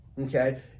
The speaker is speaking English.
Okay